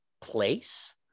place